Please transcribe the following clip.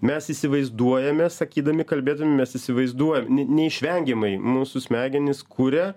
mes įsivaizduojame sakydami kalbėdami mes įsivaizduojam neišvengiamai mūsų smegenys kuria